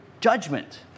judgment